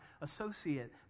associate